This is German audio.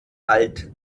alt